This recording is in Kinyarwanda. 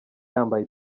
yambaye